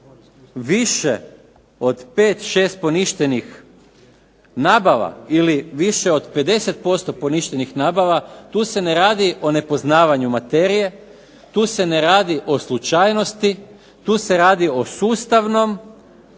više od 5, 6 poništenih nabava ili više od 50% poništenih nabava, tu se ne radi o nepoznavanju materije, tu se ne radi o slučajnosti, tu se radi o sustavnom